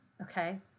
Okay